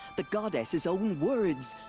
the goddess's own words!